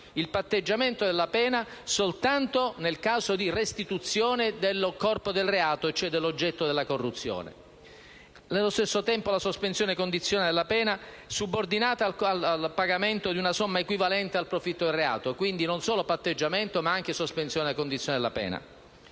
il patteggiamento della pena soltanto nel caso di restituzione del corpo del reato, vale a dire dell'oggetto della corruzione. Nello stesso tempo la sospensione condizionale della pena viene subordinata al pagamento di una somma equivalente al profitto del reato. Quindi, non solo patteggiamento ma anche sospensione condizionale della pena.